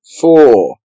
four